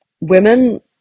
women